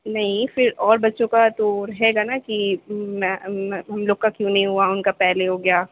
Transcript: نہیں پھر اور بچوں کا تو رہے گا نا کہ میں میں ہم لوگ کا کیوں نہیں ہُوا اُن کا پہلے ہو گیا